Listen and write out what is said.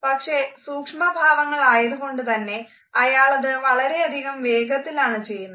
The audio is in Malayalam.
പക്ഷെ സൂക്ഷ്മഭാവങ്ങൾ ആയതുകൊണ്ട് തന്നെ അയാളത് വളരെയധികം വേഗത്തിലാണ് ചെയ്യുന്നത്